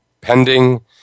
pending